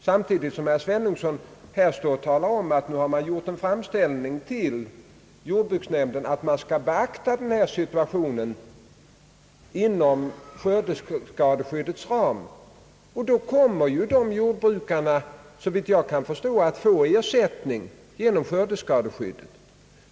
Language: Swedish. Herr Svenungsson har här talat om att det gjorts en framställning till jordbruksnämnden om att den skall beakta den uppkomna situationen inom skördeskadeskyddets ram. Under sådana förhållanden kommer jordbrukarna såvitt jag kan förstå att få ersättning genom skördeskadeskyddet.